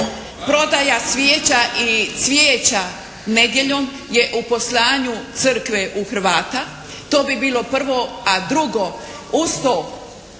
Prodaja svijeća i cvijeća nedjeljom je u poslanju crkve u Hrvata. To bi bilo prvo, a drugo uz to